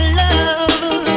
love